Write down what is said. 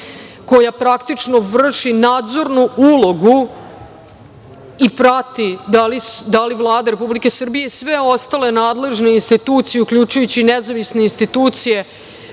koja praktično vrši nadzornu ulogu i prati da li Vlada Republike Srbije i sve ostale nadležne institucije, uključujući i nezavisne institucije,